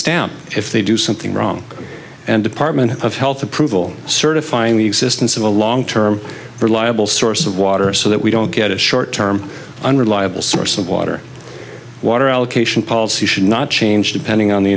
stamp if they do something wrong and department of health approval certifying the existence of a long term reliable source of water so that we don't get a short term unreliable source of water water allocation policy should not change depending on the